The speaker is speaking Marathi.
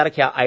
सारख्या आय